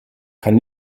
kann